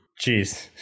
Jeez